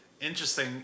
Interesting